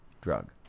drug